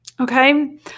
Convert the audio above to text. okay